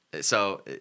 so-